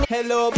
Hello